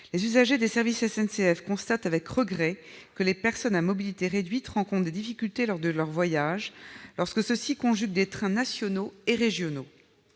Les usagers des services de la SNCF constatent avec regret que les personnes à mobilité réduite rencontrent des difficultés lorsque leurs voyages conjuguent l'emprunt de trains nationaux et régionaux.